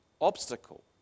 obstacle